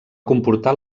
comportar